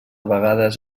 vegades